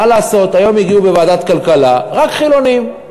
מה לעשות, היום הגיעו לוועדת הכלכלה רק חילונים.